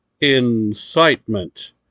incitement